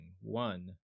one